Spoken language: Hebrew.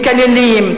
מקללים,